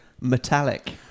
metallic